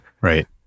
Right